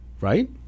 right